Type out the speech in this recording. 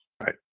Right